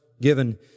given